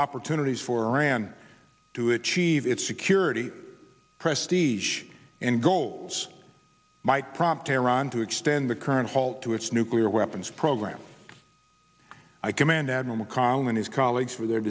opportunities for iran to achieve its security prestige and goals might prompt tehran to extend the current halt to its nuclear weapons program i commend abnormal calm and his colleagues for their